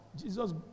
Jesus